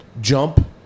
jump